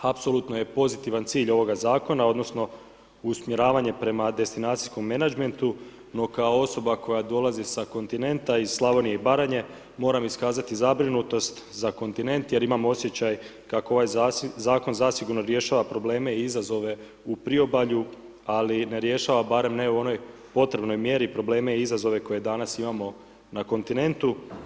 Apsolutno je pozitivan cilj ovoga zakona, odnosno usmjeravanje prema destinacijskom menadžmentu, no kao osoba koja dolazi sa kontinenta, iz Slavonije i Baranje, moram iskazati zabrinutost za kontinent jer imam osjećaj kako ovaj zakon zasigurno rješava probleme i izazove u priobalju, ali ne rješava, barem ne u onoj potrebnoj mjeri probleme i izazove koje danas imamo na kontinentu.